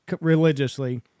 religiously